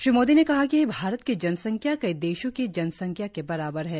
श्री मोदी ने कहा कि भारत की जनसंख्या कई देशों की जनसंख्या के बराबर है